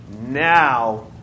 now